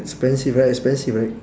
expensive right expensive right